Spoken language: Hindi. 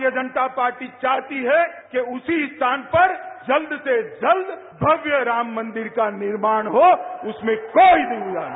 भारतीय जनता पार्टी चाहती है कि उसी स्थान पर जल्द से जल्द भव्य राम मनदिर का निर्माण हो उसमें कोई दुकिया नहीं